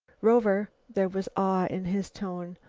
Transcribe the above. rover, there was awe in his tone,